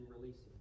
releasing